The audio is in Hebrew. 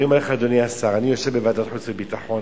אדוני השר, אני יושב בוועדת חוץ וביטחון,